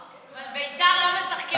אבל בית"ר לא משחקים בשבת.